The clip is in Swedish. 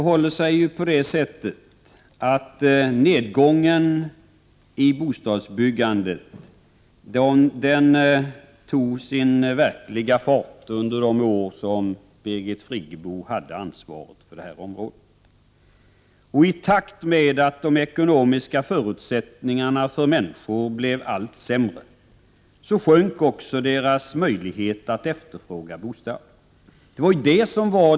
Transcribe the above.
Herr talman! Nedgången i bostadsbyggandet tog verklig fart under de år som Birgit Friggebo hade ansvaret för detta område. I takt med att de ekonomiska förutsättningarna för människor blev allt sämre sjönk också deras möjlighet att efterfråga bostäder. Detta var.